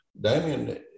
Damien